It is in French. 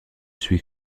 suis